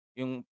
yung